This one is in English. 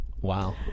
wow